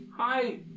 Hi